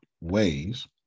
ways